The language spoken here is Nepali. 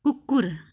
कुकुर